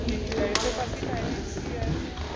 ਠੀਕ ਹੈ ਜੀ ਤੇ ਬਾਕੀ ਟਾਈਮਿੰਗਜ਼ ਕੀ ਰਹਿਣਗੀਆਂ